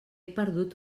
perdut